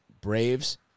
Braves